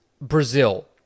Brazil